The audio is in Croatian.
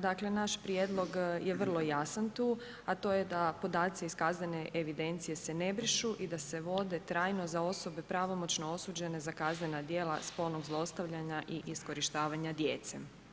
dakle naš prijedlog je vrlo jasan tu a to je da podaci is kaznene evidencije se ne brišu i da se vode trajno za osobe pravomoćno osuđene za kaznena djela spolnog zlostavljanja i iskorištavanja djece.